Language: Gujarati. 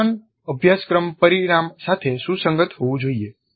નિદર્શન અભ્યાસક્રમ પરિણામ સાથે સુસંગત હોવું જોઈએ